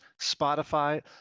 Spotify